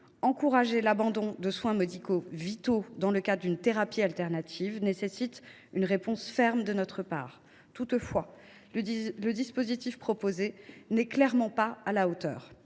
encourager l’abandon de soins médicaux vitaux dans le cadre d’une thérapie alternative nécessite une réponse ferme de notre part. Toutefois, le dispositif proposé n’est vraiment pas à la hauteur